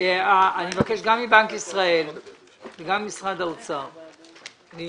גם מבנק ישראל וגם ממשרד האוצר את